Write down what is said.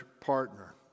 partner